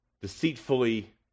deceitfully